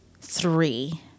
Three